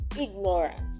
ignorance